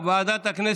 ואני